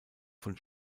von